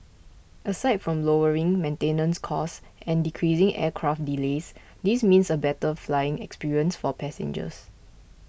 aside from lowering maintenance costs and decreasing aircraft delays this means a better flying experience for passengers